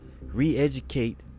re-educate